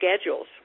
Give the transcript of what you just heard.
schedules